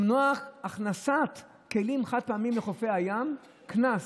למניעת הכנסת כלים חד-פעמיים לחופי הים, קנס.